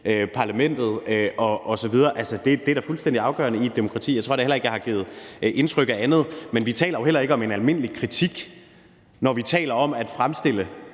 parlamentet osv. Altså, det er da fuldstændig afgørende i et demokrati. Jeg tror da heller ikke, jeg har givet udtryk for andet. Men vi taler jo heller ikke om en almindelig kritik, når vi taler om at fremstille